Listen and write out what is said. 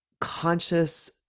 conscious